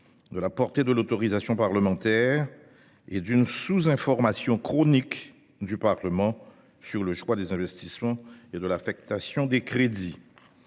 de la portée de l’autorisation parlementaire et d’une sous information chronique du Parlement sur le choix des investissements et de l’affectation des crédits.